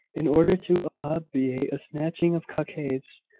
in order to obviate a snatching of cockades,